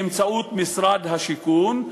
באמצעות משרד השיכון,